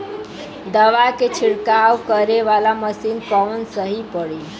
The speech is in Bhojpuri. दवा के छिड़काव करे वाला मशीन कवन सही पड़ी?